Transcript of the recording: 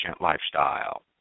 lifestyle